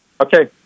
Okay